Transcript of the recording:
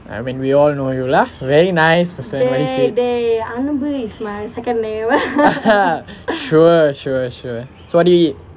I mean we all know you lah very nice person very sweet ah ha sure sure sure so what did you eat